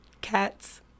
Cats